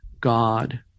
God